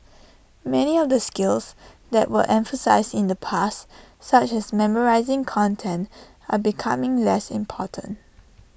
many of the skills that were emphasised in the past such as memorising content are becoming less important